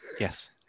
Yes